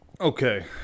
Okay